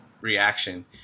reaction